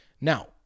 Now